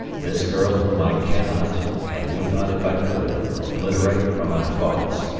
this girl whom i cannot, and would not if i could, obliterate from my thoughts,